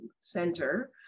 center